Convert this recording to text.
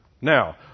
Now